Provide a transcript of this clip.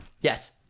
Yes